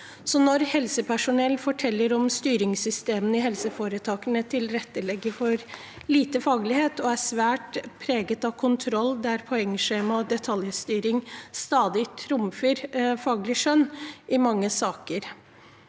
Helsepersonell forteller om styringssystemer i helseforetakene som legger lite til rette for faglighet og er svært preget av kontroll, der poengskjemaer og detaljstyring stadig trumfer faglig skjønn i mange saker.